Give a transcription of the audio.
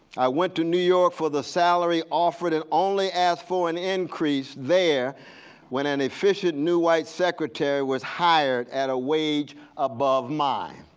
i went to new york for the salary offered, only asked for an increase there when an efficient new white secretary was hired at a wage above mine.